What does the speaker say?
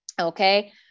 Okay